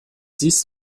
siehst